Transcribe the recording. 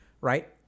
Right